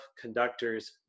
conductors